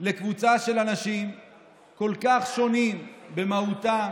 לקבוצה של אנשים כל כך שונים במהותם,